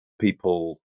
people